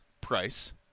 price